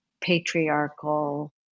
patriarchal